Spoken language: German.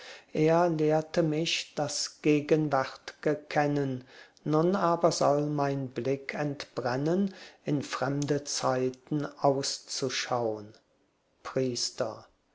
er lehrte mich das gegenwärt'ge kennen nun aber soll mein blick entbrennen in fremde zeiten auszuschaun priester